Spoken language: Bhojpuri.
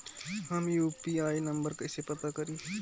हम यू.पी.आई नंबर कइसे पता करी?